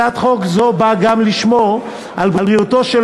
הצעת חוק זו באה גם לשמור על בריאותו של